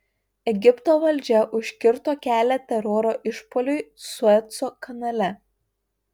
egipto valdžia užkirto kelią teroro išpuoliui sueco kanale